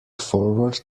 forward